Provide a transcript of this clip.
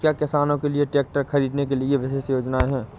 क्या किसानों के लिए ट्रैक्टर खरीदने के लिए विशेष योजनाएं हैं?